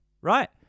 right